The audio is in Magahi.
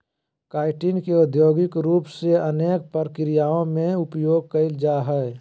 काइटिन का औद्योगिक रूप से अनेक प्रक्रियाओं में उपयोग करल जा हइ